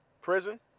Prison